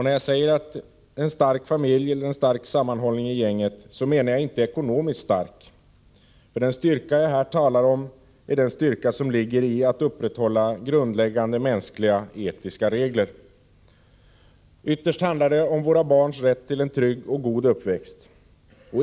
När jag säger en stark familj och en stark sammanhållning i gänget, menar jag inte ekonomiskt stark. Den styrka jag här talar om är den styrka som ligger i att upprätthålla grundläggande mänskliga etiska regler. Ytterst handlar det om våra barns rätt till en trygg och god uppväxt.